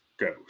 goes